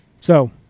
So-